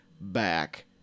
back